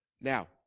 now